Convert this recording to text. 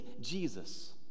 Jesus